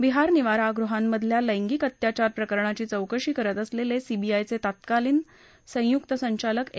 बिहार निवारागृहांमधल्या लैगिक अत्याचार प्रकरणाची चौकशी करत असलेले सीबीआयचे तत्कालीन संयुक्त संचालक ए